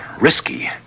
risky